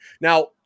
Now